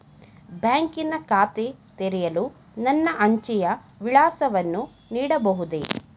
ಬ್ಯಾಂಕಿನ ಖಾತೆ ತೆರೆಯಲು ನನ್ನ ಅಂಚೆಯ ವಿಳಾಸವನ್ನು ನೀಡಬಹುದೇ?